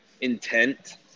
intent